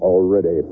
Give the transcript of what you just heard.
Already